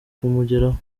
kumugeraho